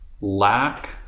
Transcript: lack